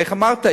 איך אמרת,